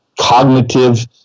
cognitive